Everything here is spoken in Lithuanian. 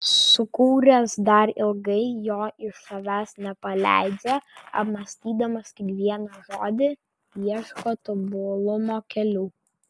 sukūręs dar ilgai jo iš savęs nepaleidžia apmąstydamas kiekvieną žodį ieško tobulumo kelių